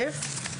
"21א1.